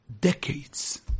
decades